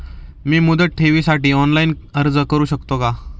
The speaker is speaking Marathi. मी मुदत ठेवीसाठी ऑनलाइन अर्ज करू शकतो का?